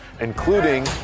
including